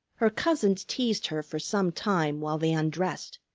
her cousins teased her for some time, while they undressed,